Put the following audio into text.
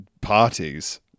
parties